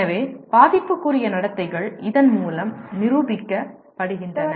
எனவே பாதிப்புக்குரிய நடத்தைகள் இதன் மூலம் நிரூபிக்கப்படுகின்றன